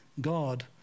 God